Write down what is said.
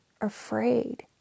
afraid